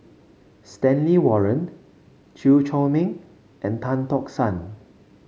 Stanley Warren Chew Chor Meng and Tan Tock San